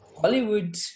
Hollywood